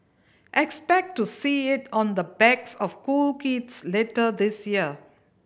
expect to see it on the backs of cool kids later this year